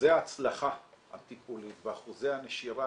אחוזי ההצלחה הטיפולית ואחוזי הנשירה